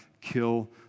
kill